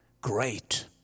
Great